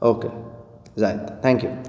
okay bye thank you